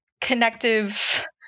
connective